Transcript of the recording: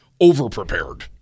overprepared